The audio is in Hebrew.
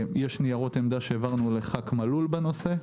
יש ניירות עמדה שהעברנו לחבר הכנסת מלול בנושא,